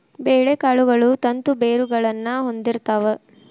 ಬೇಳೆಕಾಳುಗಳು ತಂತು ಬೇರುಗಳನ್ನಾ ಹೊಂದಿರ್ತಾವ